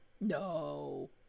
no